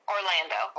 Orlando